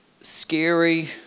scary